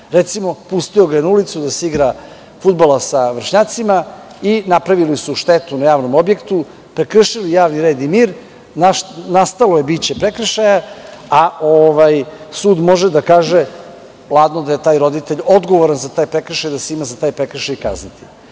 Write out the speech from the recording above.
Recimo, pustio ga je na ulicu da se igra fudbala sa vršnjacima i napravili su štetu na javnom objektu, prekršili javni red i mir, nastalo je biće prekršaja a sud može da kaže da je taj roditelj odgovoran za taj prekršaj i da se ima za taj prekršaj kazniti. Isto